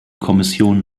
kommission